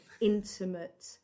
intimate